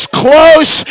close